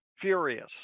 furious